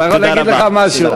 אני יכול להגיד לך משהו.